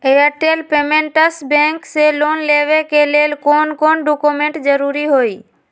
Airtel payments bank से loan लेवे के ले कौन कौन डॉक्यूमेंट जरुरी होइ?